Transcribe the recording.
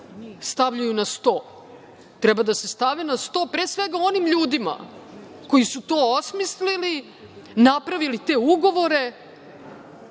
stavljaju na sto, treba da se stave na sto pre svega onim ljudima koji su to osmislili, napravili te ugovore